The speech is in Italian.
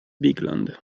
bigland